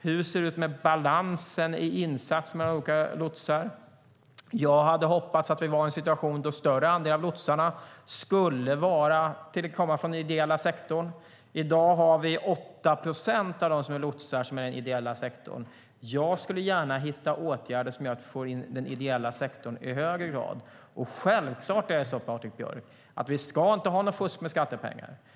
Hur ser det ut med balansen mellan olika lotsars insats? Jag hoppades att vi i dag skulle vara i en situation där större delen av lotsarna kommer från den ideella sektorn. I dag kommer 8 procent av dem som är lotsar från den ideella sektorn. Jag skulle gärna hitta åtgärder som gör att vi får in den ideella sektorn i högre grad. Självklart är det så, Patrik Björck, att vi inte ska ha något fusk med skattepengar.